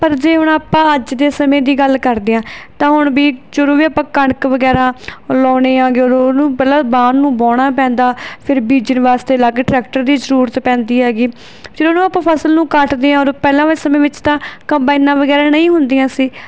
ਪਰ ਜੇ ਹੁਣ ਆਪਾਂ ਅੱਜ ਦੇ ਸਮੇਂ ਦੀ ਗੱਲ ਕਰਦੇ ਹਾਂ ਤਾਂ ਹੁਣ ਵੀ ਜਦੋਂ ਵੀ ਆਪਾਂ ਕਣਕ ਵਗੈਰਾ ਲਾਉਂਦੇ ਹਾਂ ਗਰੂਰ ਨੂੰ ਪਹਿਲਾਂ ਵਾਹਣ ਨੂੰ ਵਾਹੁਣਾ ਪੈਂਦਾ ਫਿਰ ਬੀਜਣ ਵਾਸਤੇ ਅਲੱਗ ਟਰੈਕਟਰ ਦੀ ਜ਼ਰੂਰਤ ਪੈਂਦੀ ਹੈਗੀ ਫਿਰ ਉਹਨੂੰ ਆਪਾਂ ਫਸਲ ਨੂੰ ਕੱਟਦੇ ਔਰ ਪਹਿਲਾਂ ਵਾਲੇ ਸਮੇਂ ਵਿੱਚ ਤਾਂ ਕੰਬਾਈਨਾਂ ਵਗੈਰਾ ਨਹੀਂ ਹੁੰਦੀਆਂ ਸੀ